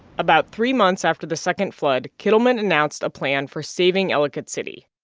about three months after the second flood, kittleman announced a plan for saving ellicott city.